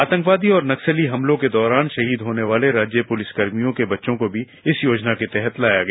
आतंकवादी और नक्सली हमलों के दौरान शहीद होने वाले राज्य पुलिस कर्मियों के बच्चों को भी इस योजना के तहत लाया गया